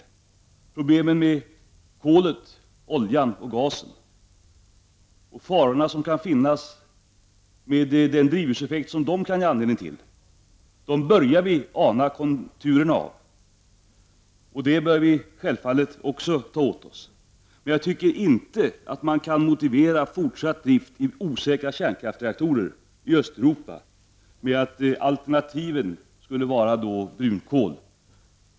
Vi börjar ana konturerna av de problem som finns med kol, olja och gas och de faror som kan finnas med den drivhuseffekt de kan ge upphov till. Detta bör vi självfallet också ta åt oss. Men jag tycker inte att man kan motivera fortsatt drift av osäkra kärnkraftsreaktorer i Östeuropa med att alternativet skulle vara brunkol.